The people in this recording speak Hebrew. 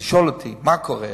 לשאול אותי מה קורה.